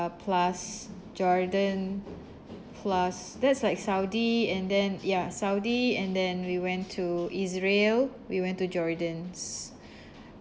plus jordan plus that's like saudi and then ya saudi and then we went to israel we went to jordan's